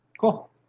Cool